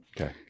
okay